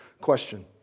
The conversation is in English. question